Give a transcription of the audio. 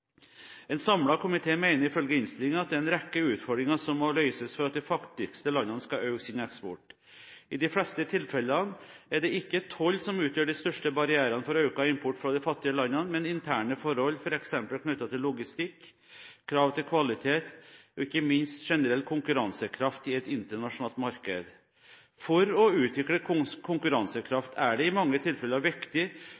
En samlet komité mener ifølge innstillingen at det er en rekke utfordringer som må løses for at de fattigste landene skal øke sin eksport. I de fleste tilfellene er det ikke toll som utgjør de største barrierene for økt import fra de fattige landene, men interne forhold – f.eks. knyttet til logistikk, krav til kvalitet og ikke minst generell konkurransekraft i et internasjonalt marked. For å utvikle